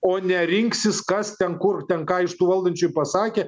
o ne rinksis kas ten kur ten ką iš tų valdančiųjų pasakė